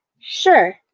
Sure